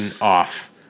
off